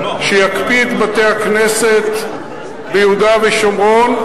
שיקפיא את בתי-הכנסת ביהודה ושומרון,